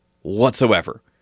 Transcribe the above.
Whatsoever